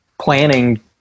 planning